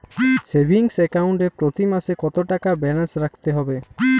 Savings account এ প্রতি মাসে কতো টাকা ব্যালান্স রাখতে হবে?